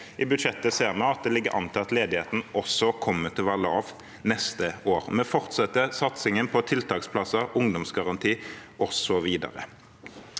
I budsjettet ser vi at det ligger an til at ledigheten kommer til å være lav også neste år. Vi fortsetter satsingen på tiltaksplasser, ungdomsgaranti, osv.